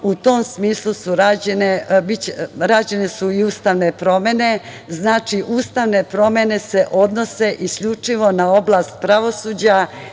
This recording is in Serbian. u tom smislu su rađene i ustavne promene. Znači, ustavne promene se odnose isključivo na oblast pravosuđa,